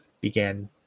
began